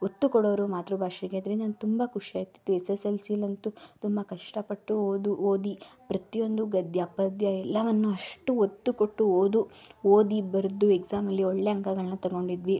ಒತ್ತು ಕೊಡೋರು ಮಾತೃಭಾಷೆಗೆ ಅದರಿಂದ ನನಗೆ ತುಂಬ ಖುಷಿ ಆಗ್ತಿತ್ತು ಎಸ್ ಎಸ್ ಎಲ್ ಸಿಯಲ್ಲಂತೂ ತುಂಬ ಕಷ್ಟಪಟ್ಟು ಓದು ಓದಿ ಪ್ರತಿಯೊಂದು ಗದ್ಯ ಪದ್ಯ ಎಲ್ಲವನ್ನೂ ಅಷ್ಟು ಒತ್ತು ಕೊಟ್ಟು ಓದು ಓದಿ ಬರೆದು ಎಕ್ಸಾಮಲ್ಲಿ ಒಳ್ಳೆಯ ಅಂಕಗಳನ್ನ ತಗೊಂಡಿದ್ವಿ